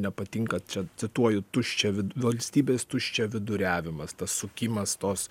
nepatinka čia cituoju tuščia vid valstybės tuščiaviduriavimas tas sukimas tos